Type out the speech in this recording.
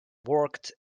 worked